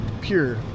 pure